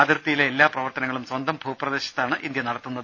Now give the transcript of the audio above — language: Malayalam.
അതിർത്തിയിലെ എല്ലാ പ്രവർത്തനങ്ങളും സ്വന്തം ഭൂപ്രദേശത്താണ് ഇന്ത്യ നടത്തുന്നത്